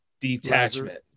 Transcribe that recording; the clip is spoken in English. Detachment